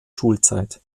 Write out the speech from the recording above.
schulzeit